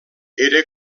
era